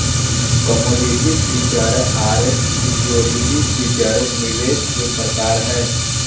commodity feature आर security feature निवेश के प्रकार हय